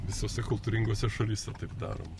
visose kultūringose šalyse taip daroma